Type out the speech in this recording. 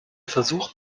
versuch